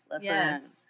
yes